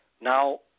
Now